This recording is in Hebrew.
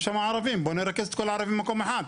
יש שם ערבים, בוא נרכז את כל הערבים במקום אחד.